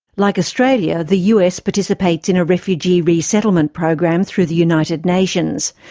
like australia, the us participates in a refugee resettlement program through the united nations.